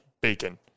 bacon